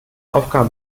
aufgabe